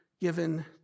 given